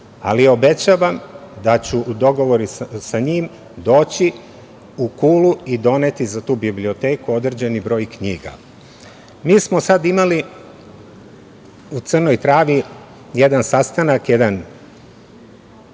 ali obećavam da ću u dogovoru sa njim doći u Kulu i doneti za tu biblioteku određeni broj knjiga. Mi smo sada imali u Crnoj Travi jedan sastanak, jedan